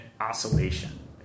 oscillation